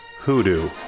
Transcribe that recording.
Hoodoo